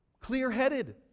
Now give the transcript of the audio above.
clear-headed